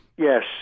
Yes